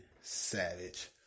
savage